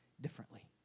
differently